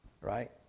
Right